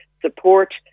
support